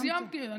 כן, סיימתי.